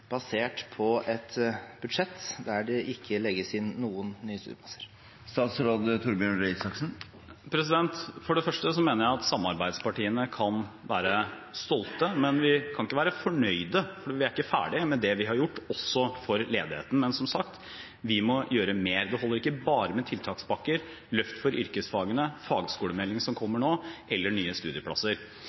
basert på et budsjett der det ikke legges inn noen nye studieplasser? For det første mener jeg at samarbeidspartiene kan være stolte. Men vi kan ikke være fornøyde, for vi er ikke ferdige med det vi har gjort, heller ikke når det gjelder ledigheten. Som sagt, vi må gjøre mer. Det holder ikke bare med tiltakspakker, løft for yrkesfagene, fagskolemeldingen – som kommer nå – eller nye studieplasser.